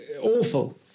awful